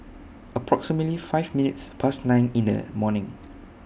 approximately five minutes Past nine in The morning